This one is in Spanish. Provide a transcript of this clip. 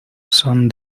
son